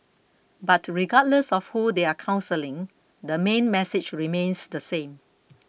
but regardless of who they are counselling the main message remains the same